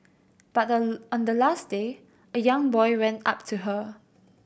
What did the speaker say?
but on on the last day a young boy went up to her